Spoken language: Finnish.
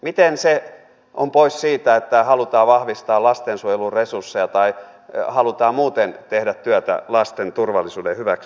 miten se on pois siitä että halutaan vahvistaa lastensuojelun resursseja tai halutaan muuten tehdä työtä lasten turvallisuuden hyväksi